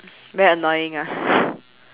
very annoying ah